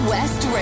West